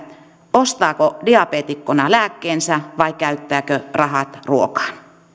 ostaako diabeetikkona lääkkeensä vai käyttääkö rahat ruokaan